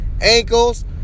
ankles